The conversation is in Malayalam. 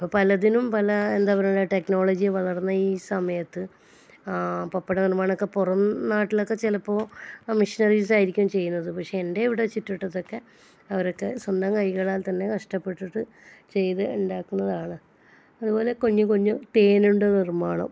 ഇപ്പം പലതിനും പല എന്താ പറയണ്ടേ ടെക്നോളജി വളർന്ന ഈ സമയത്ത് പപ്പട നിർമ്മാണമോക്കെ പുറം നാട്ടിലൊക്കെ ചിലപ്പോൾ മെഷീനറീസായിരിക്കും ചെയ്യുന്നത് പക്ഷേ എൻ്റെ ഇവിടെ ചുറ്റു വട്ടത്ത് ഒക്കെ അവരൊക്കെ സ്വന്തം കൈകളാൽ തന്നെ കഷ്ടപ്പെട്ടിട്ട് ചെയ്ത് ഉണ്ടാക്കുന്നതാണ് അതുപോലെ കുഞ്ഞു കുഞ്ഞ് തേനുണ്ട നിർമ്മാണം